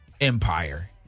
Empire